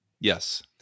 Yes